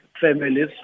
families